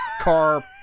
car